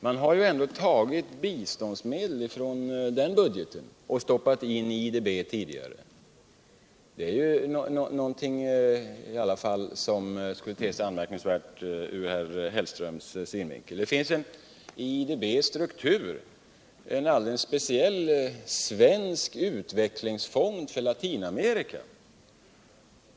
Man har ändå tagit medel från biståndsanslaget och stoppat in i IDB tidigare. Det är någonting som borde te sig anmärkningsvärt ur herr Hellströms synvinkel. Det finns i IDB:s struktur en alldeles speciell svensk utvecklingsfond för Latinamerika.